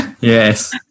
Yes